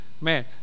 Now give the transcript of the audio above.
man